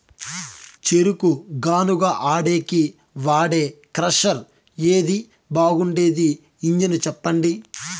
చెరుకు గానుగ ఆడేకి వాడే క్రషర్ ఏది బాగుండేది ఇంజను చెప్పండి?